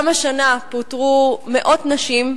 גם השנה פוטרו מאות נשים,